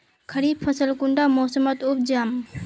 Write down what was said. खरीफ फसल कुंडा मोसमोत उपजाम?